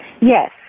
Yes